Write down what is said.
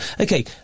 okay